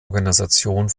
organisation